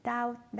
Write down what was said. Doubt